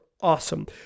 awesome